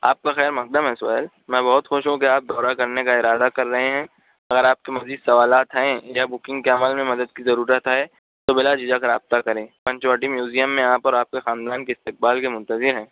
آپ کا خیرمقدم ہے سہیل میں بہت خوش ہوں کہ آپ دورہ کرنے کا ارادہ کر رہے ہیں اگر آپ کے مزید سوالات ہیں یا بکنگ کے عمل میں مدد کی ضرورت ہے تو بلاجھجک رابطہ کریں پنچوٹی میوزیم میں آپ اور آپ کے خاندان کے استقبال کے منتظر ہیں